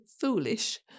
foolish